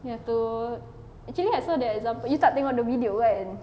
you have to actually I saw the example you tak tengok the video kan